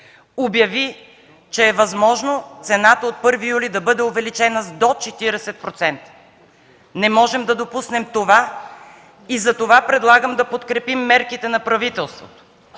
обяви, че е възможно цената от 1 юли да бъде увеличена с до 40%! Не можем да допуснем това и предлагам да подкрепим мерките на правителството